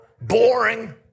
boring